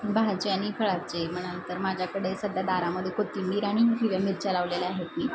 भाजी आणि फळाचे म्हणाल तर माझ्याकडे सध्या दारामध्ये कोथिंबीर आणि हिरव्या मिरच्या लावलेल्या आहे की